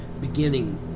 beginning